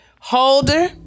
holder